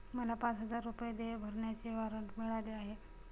मला पाच हजार रुपये देय भरण्याचे वॉरंट मिळाले आहे